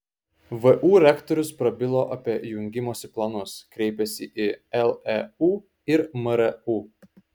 vu rektorius prabilo apie jungimosi planus kreipėsi į leu ir mru